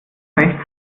rechts